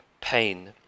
pain